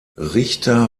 richter